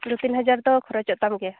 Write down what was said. ᱫᱩᱼᱛᱤᱱ ᱦᱟᱡᱟᱨ ᱫᱚ ᱠᱷᱚᱨᱚᱪᱚᱜ ᱛᱟᱢ ᱜᱮᱭᱟ